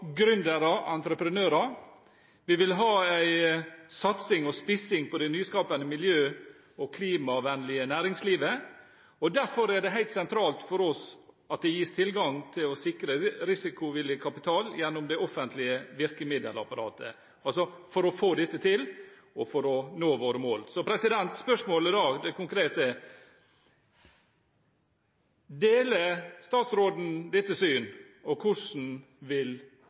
og entreprenører. Vi vil ha en satsing og spissing på det nyskapende miljø- og klimavennlige næringslivet. Derfor er det helt sentralt for oss at det gis tilgang til å sikre risikovillig kapital gjennom det offentlige virkemiddelapparatet – for å få dette til og for å nå våre mål. Det konkrete spørsmålet er: Deler statsråden dette syn, og hvordan vil